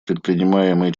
предпринимаемые